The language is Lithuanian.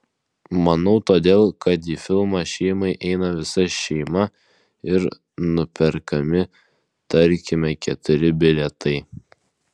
manau todėl kad į filmą šeimai eina visa šeima ir nuperkami tarkime keturi bilietai